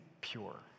pure